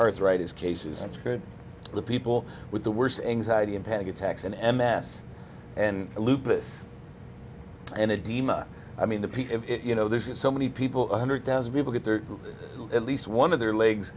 arthritis cases the people with the worst anxiety and panic attacks and m s and lupus and it i mean the you know this is so many people a hundred thousand people get there at least one of their legs